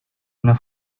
una